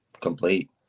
complete